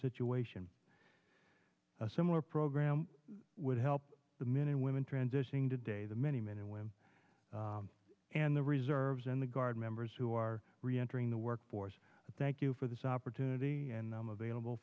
situation a similar program would help the men and women transitioning today the many men and women and the reserves and the guard members who are reentering the workforce thank you for this opportunity and i'm available